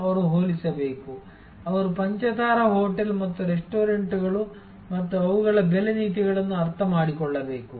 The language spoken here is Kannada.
ಅವರು ಹೋಲಿಸಬೇಕು ಅವರು ಪಂಚತಾರಾ ಹೋಟೆಲ್ ಮತ್ತು ರೆಸ್ಟೋರೆಂಟ್ಗಳು ಮತ್ತು ಅವುಗಳ ಬೆಲೆ ನೀತಿಗಳನ್ನು ಅರ್ಥಮಾಡಿಕೊಳ್ಳಬೇಕು